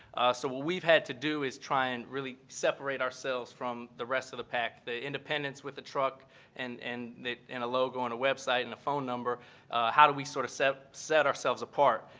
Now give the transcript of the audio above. so what we've had to do is try and really separate ourselves from the rest of the pack. the independents with the truck and and and a logo on a website and a phone number how do we sort of set set ourselves apart?